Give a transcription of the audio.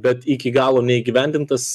bet iki galo neįgyvendintas